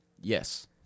Yes